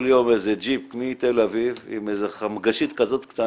בסוף כנראה היה יוצא כל יום איזה ג'יפ מתל אביב עם חמגשית קטנה,